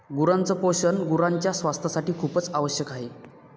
गुरांच पोषण गुरांच्या स्वास्थासाठी खूपच आवश्यक आहे